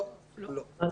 לא, לא.